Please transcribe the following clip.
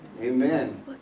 Amen